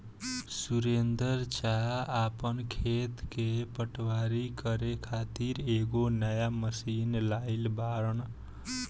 सुरेंदर चा आपन खेत के पटवनी करे खातिर एगो नया मशीन लाइल बाड़न